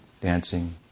dancing